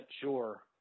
sure